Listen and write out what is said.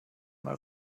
mal